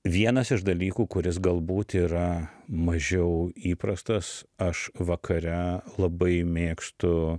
vienas iš dalykų kuris galbūt yra mažiau įprastas aš vakare labai mėgstu